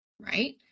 Right